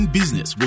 Business